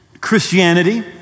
Christianity